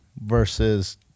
Versus